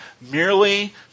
merely